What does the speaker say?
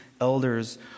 elders